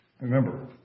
Remember